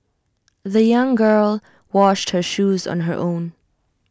the young girl washed her shoes on her own